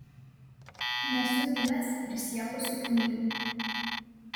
nesu gimęs prisiekusiu knygium